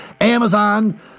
Amazon